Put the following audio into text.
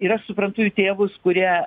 ir aš suprantu jų tėvus kurie